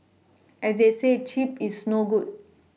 as they say cheap is no good